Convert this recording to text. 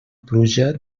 pluja